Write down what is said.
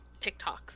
TikToks